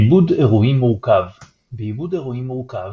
עיבוד אירועים מורכב בעיבוד אירועים מורכב,